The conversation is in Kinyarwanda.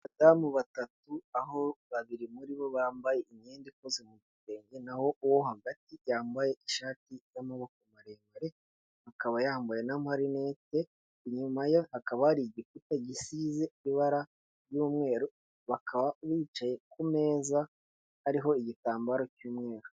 Abadamu batatu, aho babiri muri bo bambaye imyenda ikoze mu bitenge, naho uwo hagati yambaye ishati y'amaboko maremare, akaba yambaye namarinete, inyuma ye hakaba hari igikuta gisize ibara ry'umweru, bakaba bicaye ku meza ariho igitambaro cy'umweru.